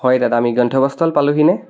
হয় দাদা আমি গন্তব্য স্থল পালোঁহিনে